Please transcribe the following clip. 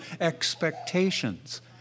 expectations